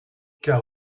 car